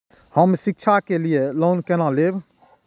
हम शिक्षा के लिए लोन केना लैब?